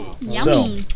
Yummy